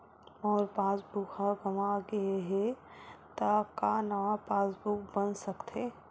मोर passbook ह गंवा गे हे त का नवा पास बुक बन सकथे?